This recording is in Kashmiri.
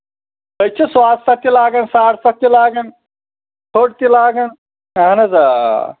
أسۍ چھِ صواد سَتھ تہِ لاگان ساڑ سَتھ تہِ لاگان پٔٹۍ تہِ لاگان اَہَن حظ آ